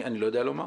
אני לא יודע לומר.